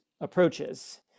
approaches